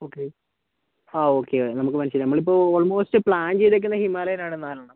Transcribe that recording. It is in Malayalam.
ഓക്കെ ആ ഓക്കെ നമുക്ക് മനസ്സിലായി നമ്മളിപ്പോൾ ഓൾ മോസ്റ്റ് പ്ലാൻ ചെയ്തേക്കുന്നത് ഹിമാലയേലാണ് നാലെണ്ണം